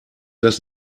das